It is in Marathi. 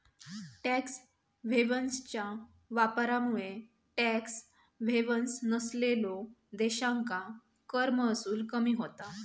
टॅक्स हेव्हन्सच्या वापरामुळे टॅक्स हेव्हन्स नसलेल्यो देशांका कर महसूल कमी होता